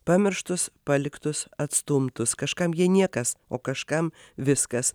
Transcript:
pamirštus paliktus atstumtus kažkam jie niekas o kažkam viskas